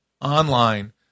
online